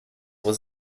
was